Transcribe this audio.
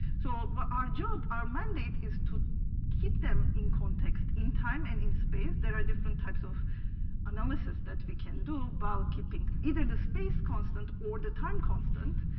so but our job, our mandate, is to keep them in context in time and in space. there are different types of analysis that we can do about keeping either the space constant or the time constant,